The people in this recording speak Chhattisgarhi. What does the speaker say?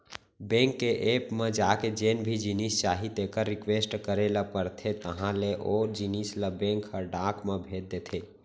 बेंक के ऐप म जाके जेन भी जिनिस चाही तेकर रिक्वेस्ट करे ल परथे तहॉं ले ओ जिनिस ल बेंक ह डाक म भेज देथे